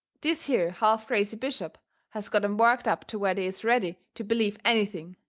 this here half-crazy bishop has got em worked up to where they is ready to believe anything,